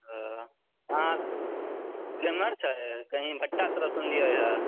हँ केम्हर छै कही भट्ठा तरफ सुनलियै हँ छै